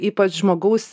ypač žmogaus